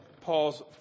Paul's